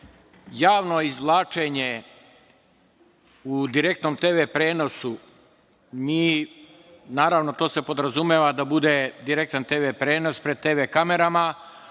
javno izvlačenje u direktnom TV prenosu, naravno to se podrazumeva da bude direktan TV prenose pred TV kamerama,